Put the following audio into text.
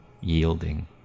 yielding